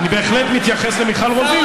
אני בהחלט מתייחס למיכל רוזין,